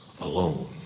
alone